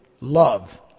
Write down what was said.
love